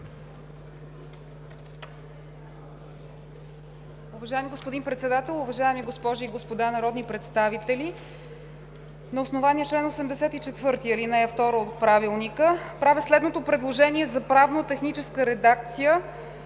Уважаеми господин Председател, уважаеми госпожи и господа народни представители! На основание чл. 84, ал. 2 от Правилника правя следното предложение за правно-техническа редакция